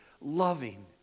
loving